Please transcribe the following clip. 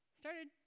started